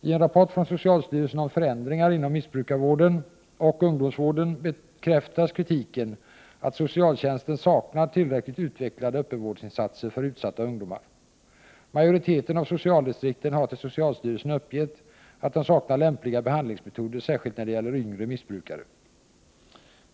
I en rapport från socialstyrelsen om förändringar inom missbrukarvården och ungdomsvården bekräftas kritiken att socialtjänsten saknar tillräckligt utvecklade öppenvårdsinsatser för utsatta ungdomar. Majoriteten av socialdistrikten har till socialstyrelsen uppgett att de saknar lämpliga behandlingsmetoder särskilt när det gäller yngre missbrukare.